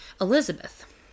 Elizabeth